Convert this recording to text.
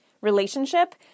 relationship